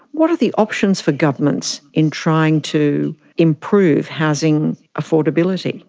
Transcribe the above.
what are the options for governments in trying to improve housing affordability?